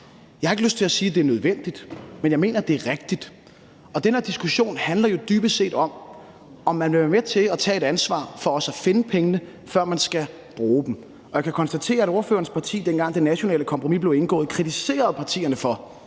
Jeg har ikke lyst til at sige, det er nødvendigt, men jeg mener, det er rigtigt. Og den her diskussion handler jo dybest set om, om man vil være med til at tage et ansvar for også at finde pengene, før man bruger dem. Og jeg kan konstatere, at ordførerens parti, dengang det nationale kompromis blev indgået, kritiserede partierne for,